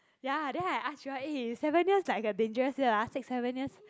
ya then I ask Joel eh seven years like a dangerous year ah six seven years